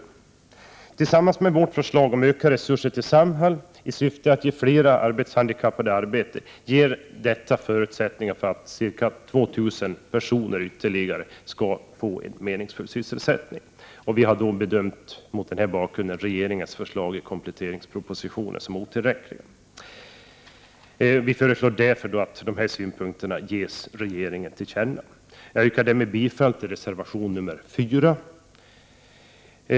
Detta innebär, tillsammans med vårt förslag om ökade resurser till Samhall i syfte att ge fler arbetshandikappade arbete, förutsättningar att ge ytterligare ca 2 000 handikappade personer en meningsfull sysselsättning. Vi har mot den bakgrunden bedömt regeringens förslag i kompletteringspropositionen som otillräckliga. Vi föreslår därför att dessa synpunkter ges regeringen till känna. Jag yrkar härmed bifall till reservation nr 4.